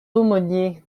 aumônier